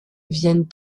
viennent